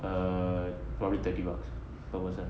err probably thirty bucks per person